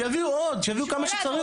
שיביאו עוד, שיביאו כמה שצריך.